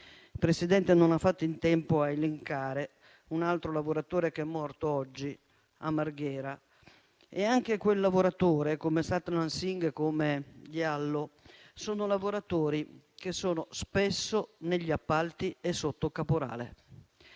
Il Presidente non ha fatto in tempo a elencare un altro lavoratore che è morto oggi a Marghera, che, come Satnam Singh e come Diallo, fa parte di quei lavoratori che sono spesso negli appalti e sotto caporale.